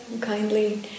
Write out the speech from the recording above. kindly